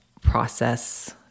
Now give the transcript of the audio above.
process